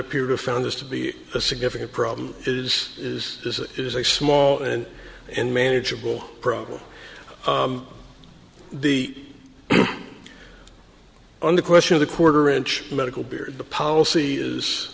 appear to found this to be a significant problem is is as is a small and in manageable problem the on the question of the quarter inch medical beer policy is